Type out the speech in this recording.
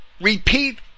repeat